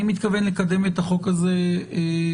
אני מתכוון לקדם את החוק הזה במהירות.